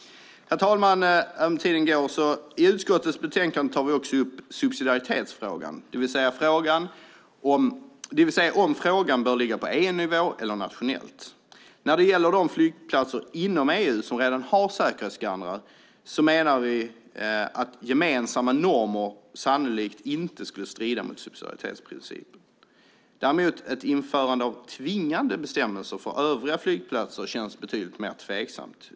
Herr talman! I utskottets betänkande tar vi också upp subsidiaritetsfrågan, det vill säga om frågan bör ligga på EU-nivå eller nationellt. När det gäller de flygplatser inom EU som redan har säkerhetsskannrar menar vi att gemensamma normer sannolikt inte skulle strida mot subsidiaritetsprincipen. Däremot skulle ett införande av tvingande bestämmelser för övriga flygplatser kännas betydligt mer tveksamt.